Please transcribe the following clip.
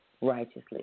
righteously